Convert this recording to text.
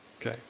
Okay